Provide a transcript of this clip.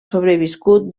sobreviscut